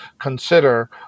consider